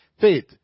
faith